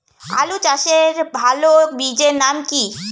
আলু চাষের ভালো বীজের নাম কি?